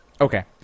Okay